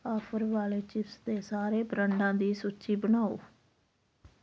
offer ਵਾਲੇ chips ਦੇ ਸਾਰੇ ਬ੍ਰਾਂਡਾਂ ਦੀ ਸੂਚੀ ਬਣਾਓ